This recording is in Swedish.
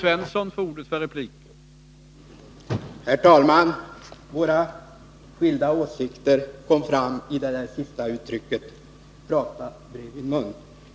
Herr talman! Våra skilda åsikter kom fram i det där sista uttrycket — ”prata bredvid mun”.